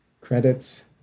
credits